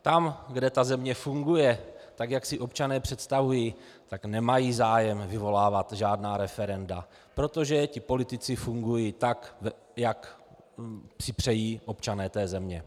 Tam, kde ta země funguje tak, jak si občané představují, tak nemají zájem vyvolávat žádná referenda, protože ti politici fungují tak, jak si přejí občané té země.